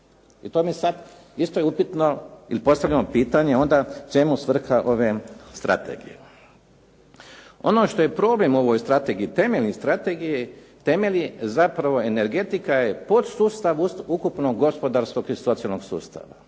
I to mi je sad isto je upitno, jer postavljamo pitanje onda čemu svrha ove strategije. Ono što je problem u ovoj strategiji, temelj strategije, temelj je zapravo energetika je podsustav ukupnog gospodarskog i socijalnog sustava.